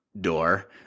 door